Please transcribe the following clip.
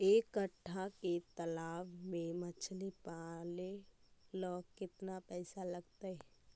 एक कट्ठा के तालाब में मछली पाले ल केतना पैसा लगतै?